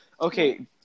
Okay